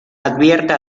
advierte